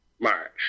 March